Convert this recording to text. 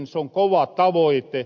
se on kova tavoite